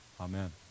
Amen